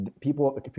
people